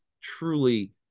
truly